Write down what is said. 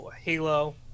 halo